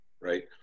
right